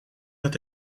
dat